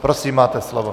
Prosím, máte slovo.